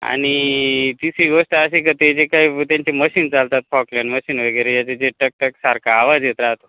आणि तिसरी गोष्ट अशी का ते जे काय त्यांचे मशीन चालतात फॉकलड मशीन वगैरे याचे जे ठकठकसारखा आवाज येत राहतो